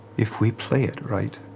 if we play it right,